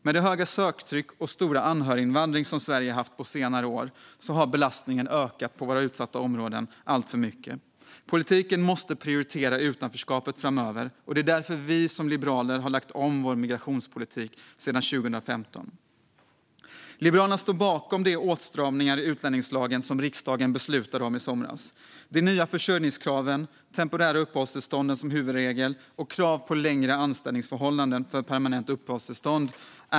Med det höga söktryck och den stora anhöriginvandring som Sverige har haft på senare år har belastningen på våra redan utsatta områden ökat alltför mycket. Politiken måste prioritera utanförskapet framöver, och det är därför vi liberaler har lagt om vår migrationspolitik sedan 2015. Liberalerna står bakom de åtstramningar i utlänningslagen som riksdagen beslutade om i somras. Det är rimligt med de nya försörjningskraven, temporära uppehållstillstånd som huvudregel och krav på längre anställningsförhållanden för permanent uppehållstillstånd.